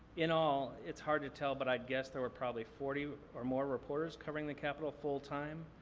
in all, it's hard to tell, but i'd guess there were probably forty or more reporters covering the capitol full-time.